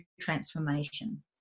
transformation